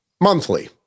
Monthly